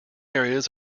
areas